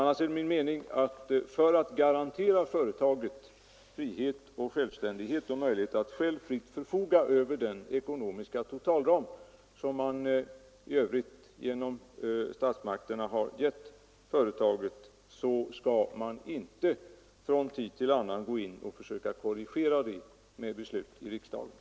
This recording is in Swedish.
Annars är det min mening att man inte från tid till annan bör gå in och genom beslut i riksdagen försöka korrigera företagets verksamhet, eftersom det är nödvändigt att företaget garanteras frihet och självständighet och har möjlighet att fritt förfoga över den ekonomiska totalram som statsmakterna har gett det.